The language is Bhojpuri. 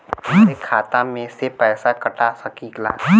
हमरे खाता में से पैसा कटा सकी ला?